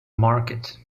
market